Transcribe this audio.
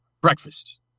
breakfast